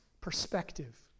perspective